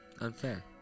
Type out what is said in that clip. Unfair